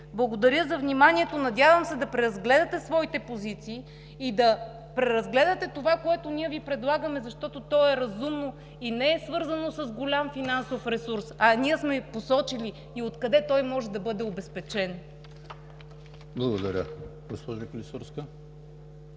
Благодаря за вниманието. Надявам се да преразгледате своите позиции и да преразгледате това, което Ви предлагаме, защото то е разумно и не е свързано с голям финансов ресурс, а сме посочили и откъде той може да бъде обезпечен. ПРЕДСЕДАТЕЛ ЕМИЛ